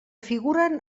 figuren